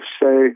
say